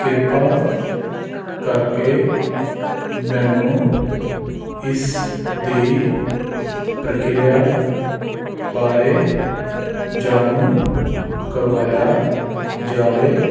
ਕਿਰਪਾ ਕਰਕੇ ਮੈਨੂੰ ਇਸ ਦੀ ਪ੍ਰਕਿਰਿਆ ਬਾਰੇ ਜਾਣੂ ਕਰਵਾਇਆ ਜਾਵੇ